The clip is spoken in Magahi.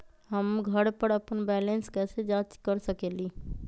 हम घर पर अपन बैलेंस कैसे जाँच कर सकेली?